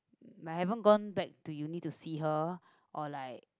but I haven't gone back to uni to see her or like